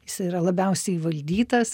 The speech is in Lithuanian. jis yra labiausiai įvaldytas